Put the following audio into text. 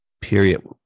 period